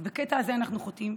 בקטע הזה אנחנו חוטאים,